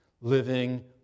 living